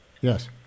Yes